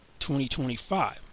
2025